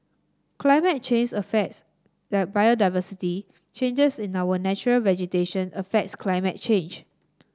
climate change affects the biodiversity changes in our natural vegetation affects climate change